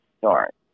start